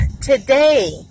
today